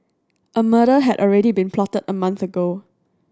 a murder had already been plotted a month ago